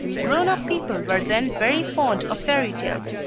grown-up people were then very fond of fairy tales,